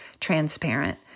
transparent